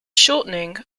shortening